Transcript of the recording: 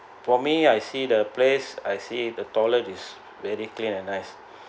for me I see the place I see the toilet is very clean and nice